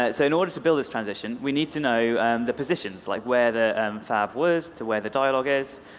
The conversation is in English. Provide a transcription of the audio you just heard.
ah so in order to build this transition we need to know the positions, like where the and fab is to where the dialogue is,